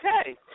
Okay